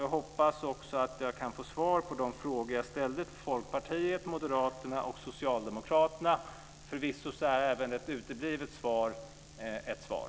Jag hoppas också att jag kan få svar på de frågor jag ställde till Folkpartiet, Moderaterna och Socialdemokraterna. Förvisso är även ett uteblivet svar ett svar.